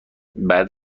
بعد